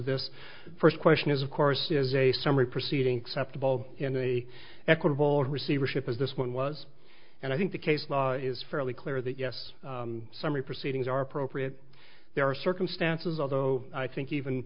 of this first question is of course is a summary proceeding except the bulb in the equitable receivership as this one was and i think the case law is fairly clear that yes summary proceedings are appropriate there are circumstances although i think even